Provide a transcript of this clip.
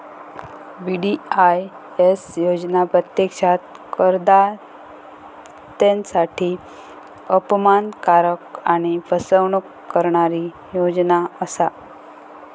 VDIS योजना प्रत्यक्षात करदात्यांसाठी अपमानकारक आणि फसवणूक करणारी योजना असा